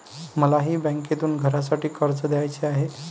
मलाही बँकेतून घरासाठी कर्ज घ्यायचे आहे